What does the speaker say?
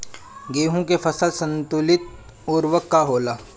गेहूं के फसल संतुलित उर्वरक का होला?